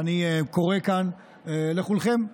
ואני קורא כאן לכולכם,